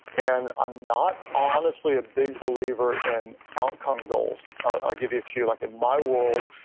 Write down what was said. and i'm not honestly a big believer in outcome goals i'll give you a few. like in my world,